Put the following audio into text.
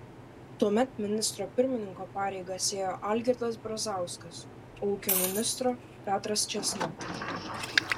tuomet ministro pirmininko pareigas ėjo algirdas brazauskas o ūkio ministro petras čėsna